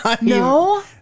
no